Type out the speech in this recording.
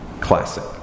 classic